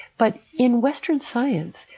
but in western science,